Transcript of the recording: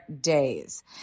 days